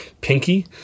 pinky